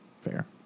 Fair